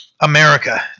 america